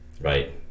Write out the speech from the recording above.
right